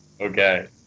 Okay